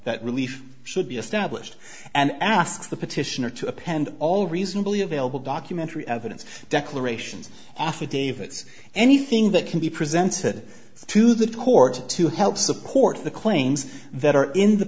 that relief should be established and ask the petitioner to append all reasonably available documentary evidence declarations affidavits anything that can be presented to the court to help support the claims that are in the